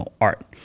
art